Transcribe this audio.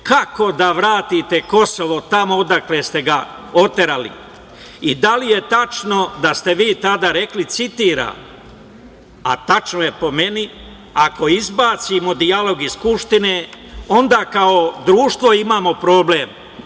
kako da vratite Kosovo tamo odakle ste ga oterali? I da li je tačno da ste vi tada rekli, citiram, a tačno je po meni - ako izbacimo dijalog iz Skupštine, onda kao društvo imamo problem,